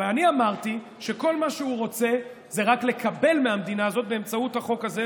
ואני אמרתי שכל מה שהוא רוצה זה רק לקבל מהמדינה הזאת באמצעות החוק הזה.